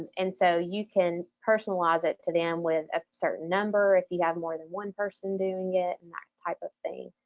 and so you can personalize it to them with a certain number if you have more than one person doing it and that type of thing.